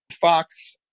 Fox